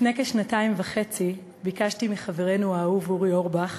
לפני כשנתיים וחצי ביקשתי מחברנו האהוב אורי אורבך